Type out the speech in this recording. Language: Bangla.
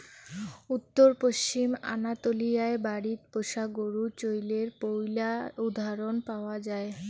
উত্তর পশ্চিম আনাতোলিয়ায় বাড়িত পোষা গরু চইলের পৈলা উদাহরণ পাওয়া যায়